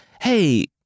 Hey